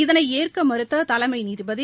இதனை ஏற்க மறுத்த தலைமை நீதிபதி